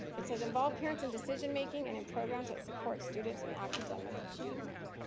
it says, involve parents in decision-making and in programs that support students in academic achievement.